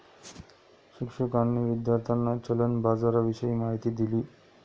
शिक्षकांनी विद्यार्थ्यांना चलन बाजाराविषयी माहिती दिली